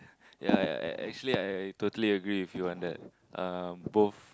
ya I actually I totally agree with you on that uh both